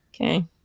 Okay